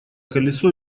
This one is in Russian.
колесо